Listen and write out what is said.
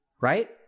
Right